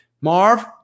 Marv